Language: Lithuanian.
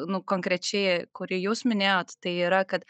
nu konkrečiai kurį jūs minėjot tai yra kad